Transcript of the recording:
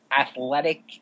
athletic